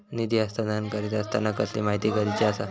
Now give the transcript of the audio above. निधी हस्तांतरण करीत आसताना कसली माहिती गरजेची आसा?